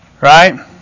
right